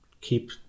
keep